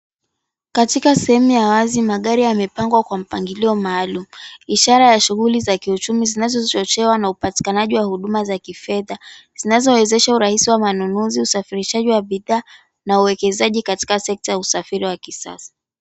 Katika sehemu ya wazi magari yamepangwa kwa mpangiliuo maalum, ishara ya shughuli za kiuchumi zinazochochewa na upatikanaji wa huduma za kifedha zinazorahisisha ununuzi, usafishirishaji wa bidhaa, na uwekezaji katika sekta ya usafiri wa kisasa.